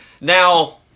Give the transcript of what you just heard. Now